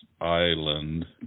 Island